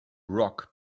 rock